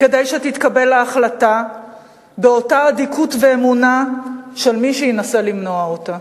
כדי שתתקבל ההחלטה באותה אדיקות ואמונה של מי שינסה למנוע אותה.